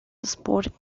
exported